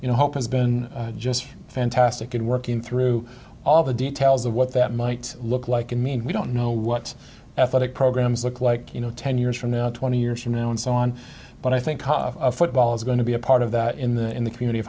you know hope has been just fantastic in working through all the details of what that might look like and mean we don't know what athletic programs look like you know ten years from now twenty years from now and so on but i think football is going to be a part of that in the in the community